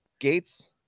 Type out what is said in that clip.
Gates